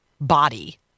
body